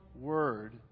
Word